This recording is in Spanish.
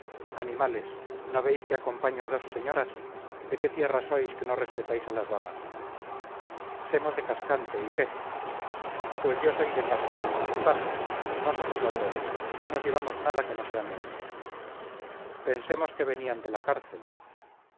animales no veis que acompaño a dos señoras de qué tierra sois que no respetáis a las damas semos de cascante y qué pues yo soy de cascón paso no somos ladrones no nos llevamos nada que no sea nuestro pensemos que venían de la cárcel